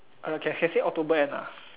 uh can can say October end ah